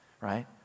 right